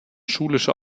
schulische